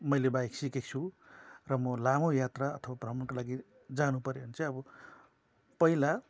मैले बाइक सिकेको छु र म लामो यात्रा अथवा भ्रमणको लागि जानु पऱ्यो भने चाहिँ अब पहिला